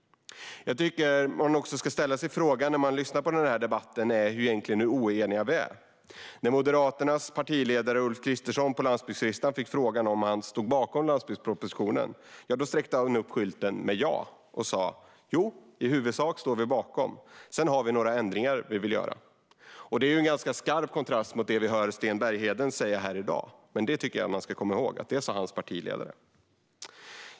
Jag tycker också att den fråga man ska ställa sig när man lyssnar på den här debatten är hur oeniga vi egentligen är. När Moderaternas partiledare Ulf Kristersson på landsbygdsriksdagen fick frågan om han stod bakom landsbygdspropositionen räckte han upp skylten med "ja" och sa att jo, i huvudsak stod Moderaterna bakom den, och sedan fanns det några ändringar som de ville göra. Det är en ju en ganska skarp kontrast mot det vi hör Sten Bergheden säga här i dag, och jag tycker att man ska komma ihåg vad hans partiledare sa.